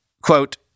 Quote